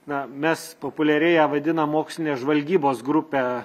na mes populiariai ją vadinam mokslinės žvalgybos grupę